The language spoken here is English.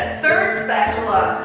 third spatula.